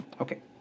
Okay